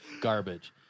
garbage